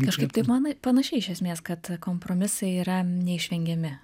kažkaip taip man panašiai iš esmės kad kompromisai yra neišvengiami